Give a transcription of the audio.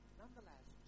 nonetheless